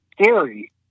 scary